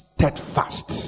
Steadfast